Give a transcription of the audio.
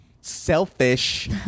selfish